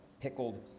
pickled